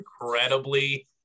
incredibly